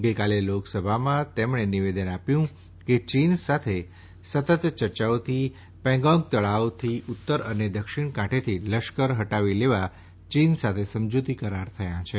ગઈકાલે લોકસભામાં તેમણે નિવેદન આપ્યું છે કે ચીન સાથે સતત ચર્ચાઓથી પેંગોંગ તળાવની ઉત્તર અને દક્ષિણ કાંઠેથી લશ્કર હટાવી લેવા ચીન સાથે સમજુતી કરાર થયા છે